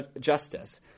justice